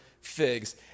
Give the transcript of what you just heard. figs